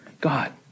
God